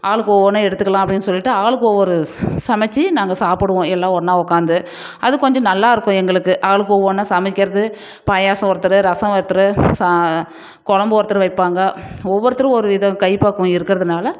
ஆளுக்கு ஒவ்வொன்றா எடுத்துக்கலாம் அப்படின்னு சொல்லிட்டு ஆளுக்கு ஒவ்வொரு சமைத்து நாங்கள் சாப்பிடுவோம் எல்லாம் ஒன்றா உட்காந்து அது கொஞ்சம் நல்லாயிருக்கும் எங்களுக்கு ஆளுக்கு ஒவ்வொன்றா சமைக்கிறது பாயசம் ஒருத்தர் ரசம் ஒருத்தர் சா குழம்பு ஒருத்தர் வைப்பாங்க ஒவ்வொருத்தரும் ஒரு வித கைப்பக்குவம் இருக்கிறதுனால